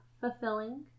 fulfilling